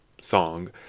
song